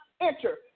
enter